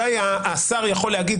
מתי השר יכול להגיד,